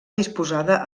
disposada